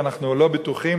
ואנחנו לא בטוחים,